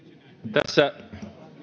tässä